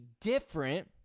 different